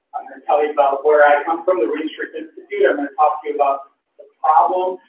tell you about where i come from, the regenstrief institute, i'm gonna talk to you about the problem,